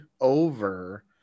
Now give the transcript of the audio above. over